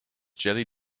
jelly